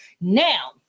Now